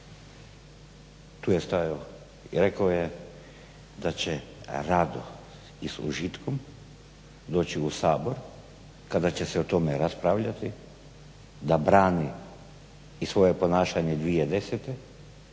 tu je stajao i rekao je da će rado i s užitkom doći u Sabor kada će se o tome raspravljati da brani i svoje ponašanje 2010.i